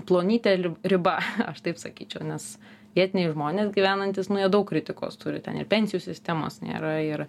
plonytė riba aš taip sakyčiau nes vietiniai žmonės gyvenantys nu jie daug kritikos turi ten ir pensijų sistemos nėra ir